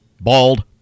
Bald